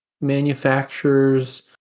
manufacturers